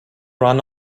run